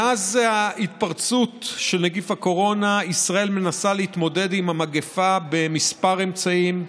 מאז ההתפרצות של נגיף הקורונה ישראל מנסה להתמודד עם המגפה בכמה אמצעים,